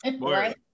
right